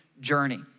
journey